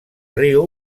riu